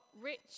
Rich